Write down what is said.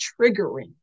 triggering